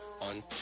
on